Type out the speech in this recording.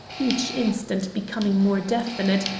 each instant becoming more definite,